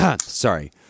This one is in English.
Sorry